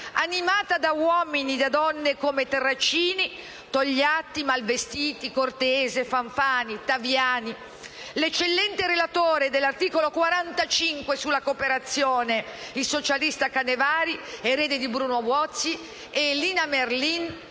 animato da uomini e donne come Terracini, Togliatti, Malvestiti, Cortese, Fanfani, Taviani, dall'eccellente relatore dell'articolo 45 sulla cooperazione, il socialista Canevari, erede di Bruno Buozzi, da Lina Merlin